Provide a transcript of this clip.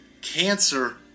cancer